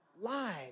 lies